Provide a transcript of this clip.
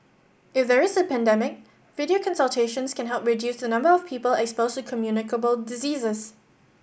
if there is a pandemic video consultations can help reduce the number of people exposed to communicable diseases